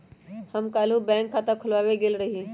हम काल्हु बैंक में खता खोलबाबे गेल रहियइ